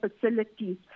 facilities